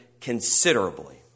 considerably